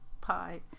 pie